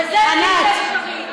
וזה בלתי אפשרי,